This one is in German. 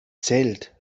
zählt